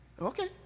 Okay